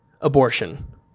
abortion